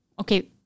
Okay